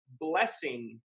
blessing